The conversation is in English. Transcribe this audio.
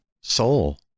Soul